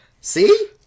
See